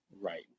Right